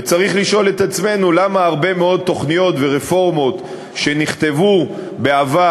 וצריך לשאול את עצמנו למה הרבה מאוד תוכניות ורפורמות שנכתבו בעבר,